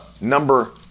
number